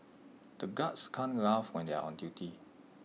the guards can't laugh when they are on duty